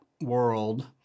world